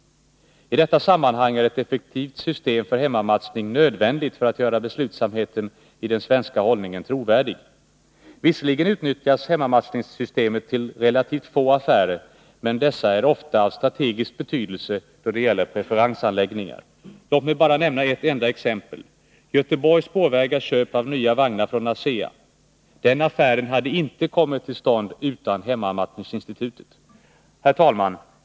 I detta sammanhang är ett effektivt system för hemmamatchning nödvändigt för att göra beslutsamheten i den svenska hållningen trovärdig. Visserligen utnyttjas hemmamatchningssystemet till relativt få affärer, men dessa är ofta av strategisk betydelse då det gäller preferensanläggningar. Låt mig bara nämna ett exempel: Göteborgs Spårvägars köp av nya vagnar från ASEA. Den affären hade inte kommit till stånd utan hemmamatchningsinstitutet. Herr talman!